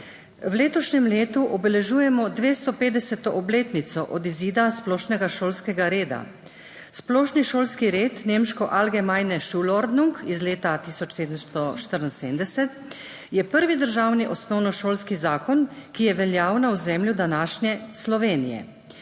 V letošnjem letu obeležujemo 250. obletnico od izida splošnega šolskega reda. Splošni šolski red, nemško Allgemeine Schulordnung, iz leta 1774, je prvi državni osnovnošolski zakon, ki je veljal na ozemlju današnje Slovenije.